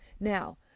Now